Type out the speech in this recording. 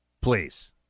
Please